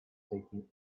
taking